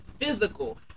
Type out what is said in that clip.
physical